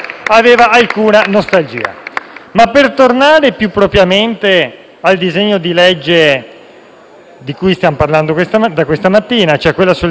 Per tornare più propriamente al disegno di legge di cui stiamo parlando da questa mattina, quello sulle isole minori, oggettivamente